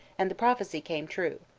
and the prophecy came true.